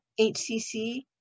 HCC